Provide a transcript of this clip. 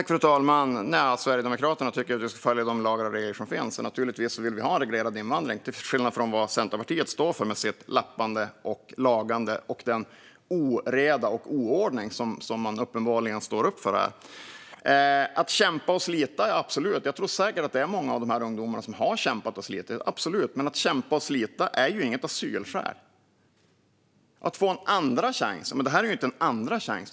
Fru talman! Sverigedemokraterna tycker att vi ska följa de lagar och regler som finns, och naturligtvis vill vi ha en reglerad invandring, till skillnad från vad Centerpartiet står för med sitt lappande och lagande och den oreda och oordning som man uppenbarligen står upp för här. Jag tror absolut att det är många av dessa ungdomar som har kämpat och slitit. Men att kämpa och slita är inget asylskäl. Att få en andra chans - det här är inte en andra chans.